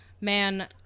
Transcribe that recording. man